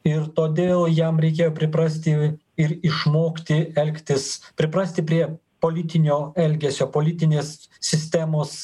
ir todėl jam reikėjo priprasti ir išmokti elgtis priprasti prie politinio elgesio politinės sistemos